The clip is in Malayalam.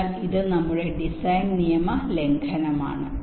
അതിനാൽ ഇത് നമ്മുടെ ഡിസൈൻ നിയമ ലംഘനമാണ്